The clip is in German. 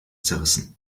zerrissen